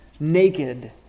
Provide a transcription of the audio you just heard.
Naked